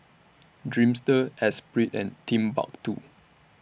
Dreamster Esprit and Timbuktwo